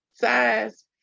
size